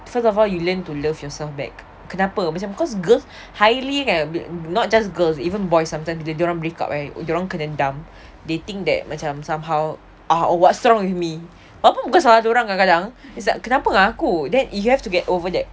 first of all you learn to love yourself back kenapa macam cause girls highly like not just girls even boys sometimes bila dia orang break up eh dia orang kena dump they think that macam somehow ah what's wrong with me berapa muka soalan kau kan tang is like kenapa aku then you have to over that